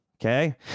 Okay